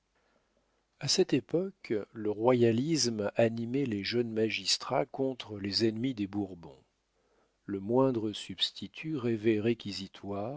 a cette époque le royalisme animait les jeunes magistrats contre les ennemis des bourbons le moindre substitut